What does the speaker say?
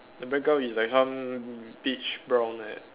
the background is like some beach brown like that